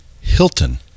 Hilton